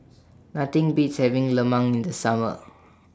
Nothing Beats having Lemang in The Summer